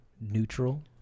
neutral